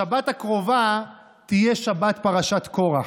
השבת הקרובה תהיה שבת פרשת קרח.